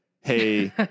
Hey